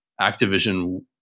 Activision